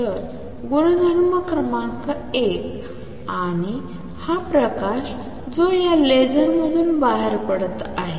तर गुणधम क्रमांक 1 आणि हा प्रकाश जो या लेझरमधून बाहेर पडत आहे